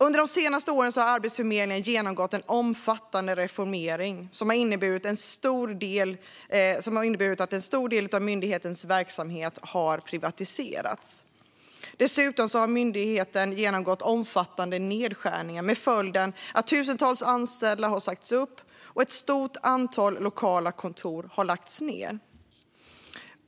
Under de senaste åren har Arbetsförmedlingen genomgått en omfattande reformering som inneburit att en stor del av myndighetens verksamhet har privatiserats. Dessutom har myndigheten genomgått omfattande nedskärningar med följden att tusentals anställda sagts upp och ett stort antal lokala kontor lagts ned.